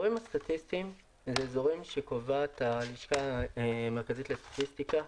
הסטטיסטיים" הם אזורים שקובעת הלשכה המרכזית לסטטיסטיקה.